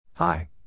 Hi